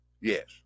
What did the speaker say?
Yes